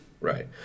Right